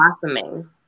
blossoming